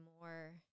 more